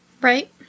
Right